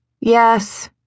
Yes